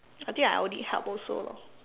I think I would need help also lor